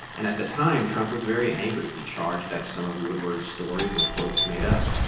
and at the time, trump was very angry. he charged that some of woodward's stories were, quote, made up.